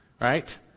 right